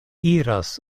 iras